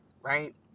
right